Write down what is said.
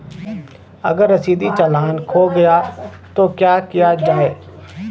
अगर रसीदी चालान खो गया तो क्या किया जाए?